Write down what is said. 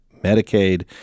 Medicaid